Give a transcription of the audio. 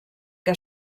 que